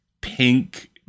pink